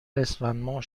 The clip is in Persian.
اسفندماه